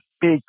big